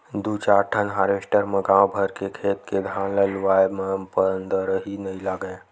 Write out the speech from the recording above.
दू चार ठन हारवेस्टर म गाँव भर के खेत के धान ल लुवाए म पंदरही नइ लागय